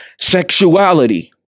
Sexuality